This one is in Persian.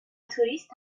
توریست